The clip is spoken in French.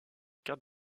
carte